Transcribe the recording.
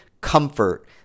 comfort